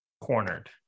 cornered